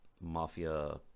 Mafia